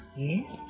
Yes